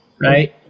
right